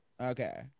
Okay